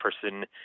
person